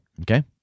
Okay